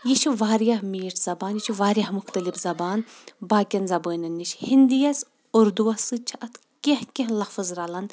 یہِ چھِ واریاہ میٖٹھۍ زبان یہِ چھِ واریاہ مختٔلِف زبان باقین زبانَن نِش ہنٛدی یَس اردو وس سۭتۍ چھِ اتھ کینٛہہ کینٛہہ لفظ رلان